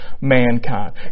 mankind